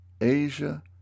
Asia